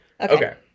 Okay